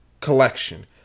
collection